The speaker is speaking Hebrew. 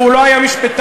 והוא לא היה משפטן,